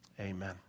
Amen